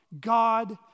God